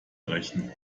rächen